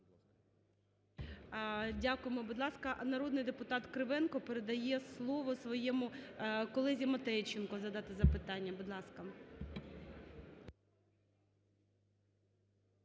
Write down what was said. Дякуємо. Будь ласка, народний депутат Кривенко передає слово своєму колезі Матейченко задати запитання. Будь ласка.